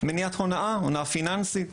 מניעה הונאה פיננסית.